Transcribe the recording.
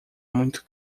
muito